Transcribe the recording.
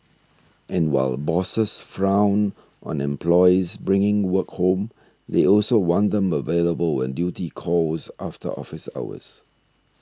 and while bosses frown on employees bringing work home they also want them available when duty calls after office hours